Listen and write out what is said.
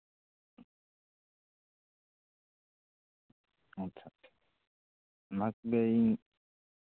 ᱟᱪᱪᱷᱟ ᱚᱱᱟᱠᱚᱜᱮᱧ